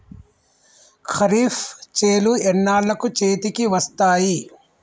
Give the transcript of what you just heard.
ఖరీఫ్ చేలు ఎన్నాళ్ళకు చేతికి వస్తాయి?